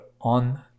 on